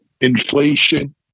inflation